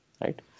Right